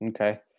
Okay